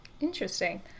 Interesting